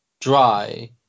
dry